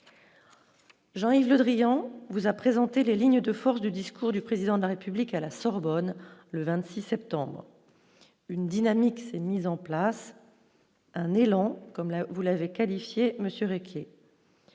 Jean-Yves Le Drian, vous a présenté des lignes de force du discours du président de la République à la Sorbonne le 26 septembre une dynamique s'est mise en place, un élan comme là, vous l'avez qualifié Monsieur Ruquier